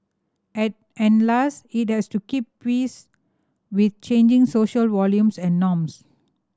and last it has to keep pace with changing social values and norms